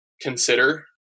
consider